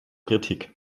kritik